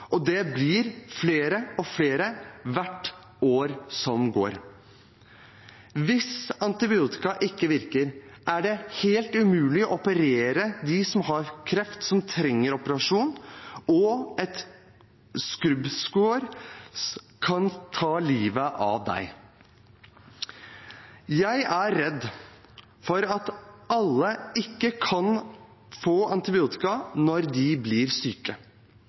og det blir flere og flere hvert år som går. Hvis antibiotika ikke virker, er det helt umulig å operere dem som har kreft, som trenger operasjon, og et skrubbsår kan ta livet av en. Jeg er redd for at ikke alle kan få antibiotika når de blir syke.